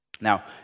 Now